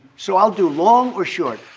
so i'll do long or short.